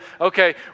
Okay